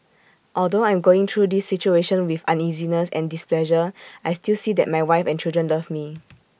although I'm going through this situation with uneasiness and displeasure I still see that my wife and children love me